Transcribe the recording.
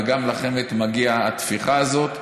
וגם לחמ"ד מגיעה הטפיחה הזאת.